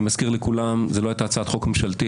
אני מזכיר לכולם שזאת לא הייתה הצעת חוק ממשלתית,